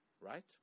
right